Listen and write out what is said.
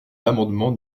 l’amendement